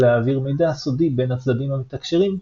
להעביר מידע סודי בין הצדדים המתקשרים,